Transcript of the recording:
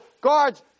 guards